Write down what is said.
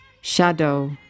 shadow